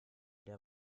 der